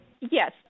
Yes